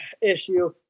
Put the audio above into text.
issue